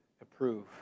approve